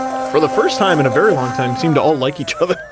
for the first time in a very long time, seem to all like each other.